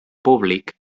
públic